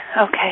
Okay